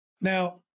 Now